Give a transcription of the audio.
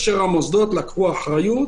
המוסדות לקחו אחריות